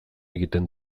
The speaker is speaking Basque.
egiten